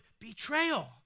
betrayal